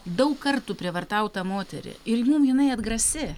daug kartų prievartautą moterį ir jum jinai atgrasi